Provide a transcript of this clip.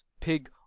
pig